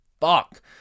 fuck